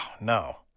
no